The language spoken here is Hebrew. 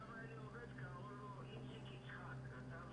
כי בוועדות יהיו חמישה-שישה-שבעה משתתפים